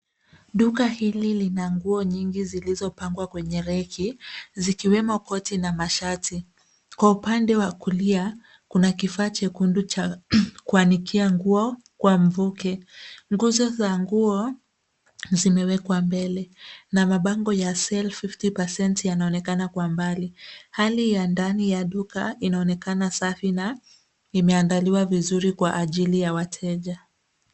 Duka hili lina nguo nyingi zilizopangwa kwenye reki zikiwemo koti na mashati. Kwa upande wa kulia kuna kifaa chekundu cha kuanikia nguo kwa mvuke. Nguzo za nguo zimewekwa mbele na mabango ya sale 50% yanaonekana kwa mbali. Hali ya ndani ya duka inaonekana safi na imeandaliwa vizuri kwa ajili ya wateja.